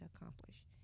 accomplish